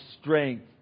strength